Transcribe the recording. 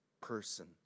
person